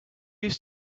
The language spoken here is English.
used